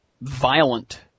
violent